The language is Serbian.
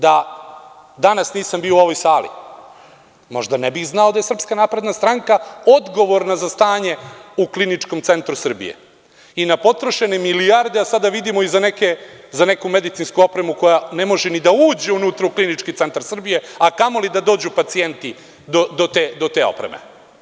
Da danas nisam bio u ovoj sali, možda ne bih znao da je SNS odgovorna za stanje u Kliničkom centru Srbije i na potrošene milijarde, a sada vidimo i za neku medicinsku opremu koja ne može ni da uđe unutar u Klinički centar Srbije, a kamoli da dođu pacijenti do te opreme.